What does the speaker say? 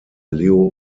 leo